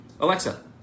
Alexa